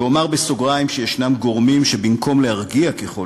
ואומר בסוגריים שיש גורמים שבמקום להרגיע ככל